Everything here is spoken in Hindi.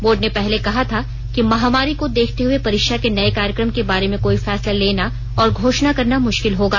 बोर्ड ने पहले कहा था कि महामारी को देखते हए परीक्षा के नये कार्यक्रम के बारे में कोई फैसला लेना और घोषणा करना मुश्किल होगा